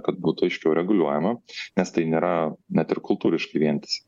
kad būtų aiškiau reguliuojama nes tai nėra net ir kultūriškai vientisa